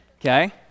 Okay